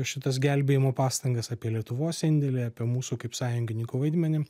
šitas gelbėjimo pastangas apie lietuvos indėlį apie mūsų kaip sąjungininkų vaidmenį